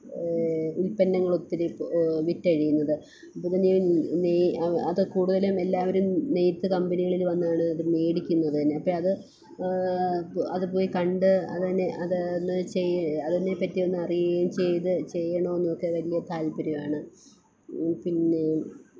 ഉല്പ്പന്നങ്ങൾ ഒത്തിരി ബ് വിറ്റഴിയുന്നത് അപ്പം തന്നെ ന് അത് അതൊക്കെ കൂടുതലും എല്ലാവരും നെയ്ത്ത് കമ്പനികളിൽ വന്നാണ് അത് മേടിക്കുന്നത് തന്നെ അപ്പം അത് അത് പോയി കണ്ട് അതിനെ അത് എന്നുവെച്ചാൽ ഈ അതിനെ പറ്റി ഒന്നും അറിയുകയും ചെയ്ത് ചെയ്യണമെന്നും ഒക്കെ വലിയ താല്പ്പര്യമാണ് പിന്നെ